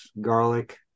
garlic